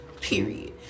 Period